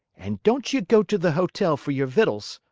and don't ye go to the hotel for your victuals.